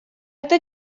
это